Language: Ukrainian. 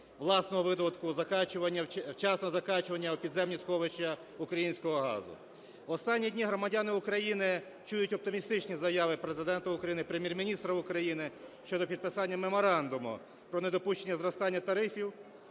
закачування, вчасного закачування у підземні сховища українського газу. В останні дні громадяни України чують оптимістичні заяви Президента України, Прем'єр-міністра України щодо підписання Меморандуму про недопущення зростання тарифів